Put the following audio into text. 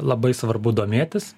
labai svarbu domėtis